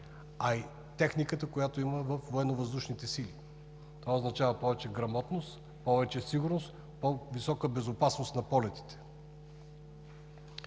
а и техниката, която я има във Военновъздушните сили. Това означава повече грамотност, сигурност и по-висока безопасност на полетите.